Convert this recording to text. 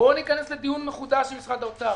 בואו ניכנס לדיון מחודש עם משרד האוצר,